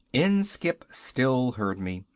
inskipp still heard me.